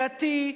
דתי,